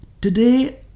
Today